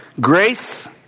Grace